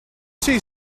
see